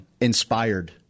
inspired